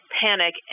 panic